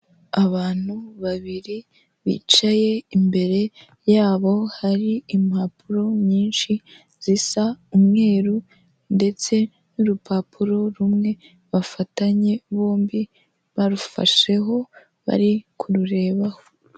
Abantu babiri bicaye, imbere yabo hari impapuro nyinshi zisa umweru ndetse n'urupapuro rumwe, bafatanye bombi barufasheho bari kururebaho.